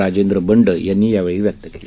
राजेंद्र बंड यांनी यावेळी व्यक्त केलं